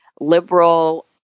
liberal